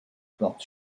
porte